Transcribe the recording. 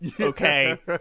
Okay